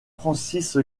francis